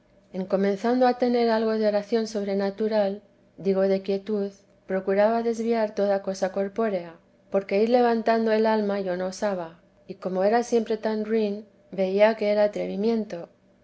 madbe tener algo de oración sobrenatural digo de quietud procuraba desviar toda cosa corpórea aunque ir levantando el alma yo no osaba que como era siempre tan ruin veía que era atrevimiento